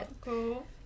cool